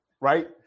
right